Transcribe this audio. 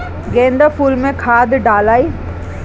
गेंदा फुल मे खाद डालाई?